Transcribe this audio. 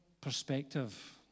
perspective